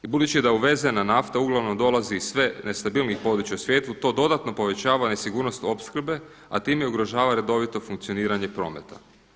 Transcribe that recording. I budući da uvezena nafta uglavnom dolazi iz sve nestabilnijih područja u svijetu to dodatno povećava nesigurnost opskrbe, a time ugrožava redovito funkcioniranje prometa.